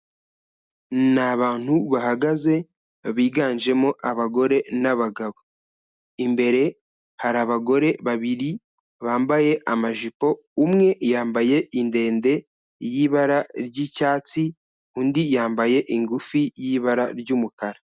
Ni abantu bahagaze biganjemo abagore n'abagabo. Imbere hari abagore babiri bambaye amajipo. Umwe yambaye indende y'ibara ry'icyatsi, undi yambaye ingufi y'ibara ry'umukara.